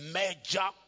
major